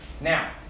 Now